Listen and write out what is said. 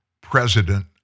president